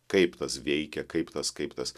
kaip tas veikia kaip tas kaip tas